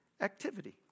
Activity